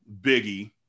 biggie